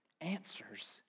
answers